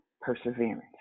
perseverance